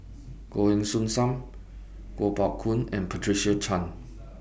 Goh Heng Soon SAM Kuo Pao Kun and Patricia Chan